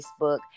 Facebook